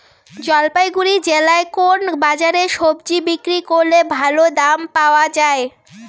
জলপাইগুড়ি জেলায় কোন বাজারে সবজি বিক্রি করলে ভালো দাম পাওয়া যায়?